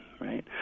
right